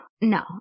No